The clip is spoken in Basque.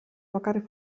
bakarrik